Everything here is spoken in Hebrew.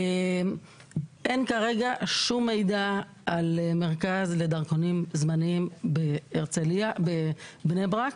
אין כרגע שום מידע על מרכז לדרכונים זמניים בהרצליה ובבני ברק,